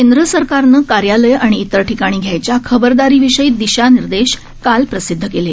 केंद्र सरकारने कार्यालयं आणि इतर ठिकाणी घ्यायच्या खबरदारीविषयी दिशानिर्देश काल प्रसिद्ध केले